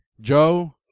Joe